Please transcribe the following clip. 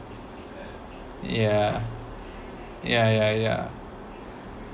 yeah yeah yeah yeah